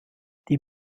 die